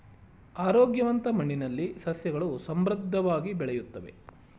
ಆರೋಗ್ಯವಂತ ಮಣ್ಣಿನಲ್ಲಿ ಸಸ್ಯಗಳು ಸಮೃದ್ಧವಾಗಿ ಬೆಳೆಯುತ್ತವೆ